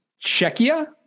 Czechia